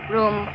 Room